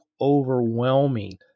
overwhelming